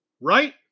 right